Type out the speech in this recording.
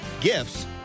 gifts